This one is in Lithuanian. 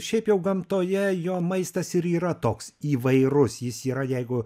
šiaip jau gamtoje jo maistas ir yra toks įvairus jis yra jeigu